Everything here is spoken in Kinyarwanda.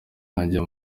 nkajya